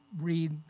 read